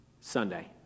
Sunday